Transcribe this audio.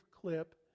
clip